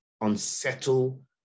unsettle